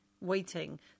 waiting